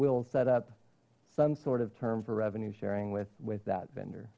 we'll set up some sort of term for revenue sharing with with that vendor